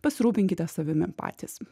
pasirūpinkite savimi patys